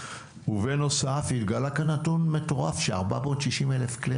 ובנוסף התגלה פה נתון מטורף ש-460,000 כלי